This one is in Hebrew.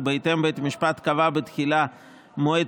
ובהתאם בית המשפט קבע בתחילה מועד